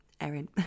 Erin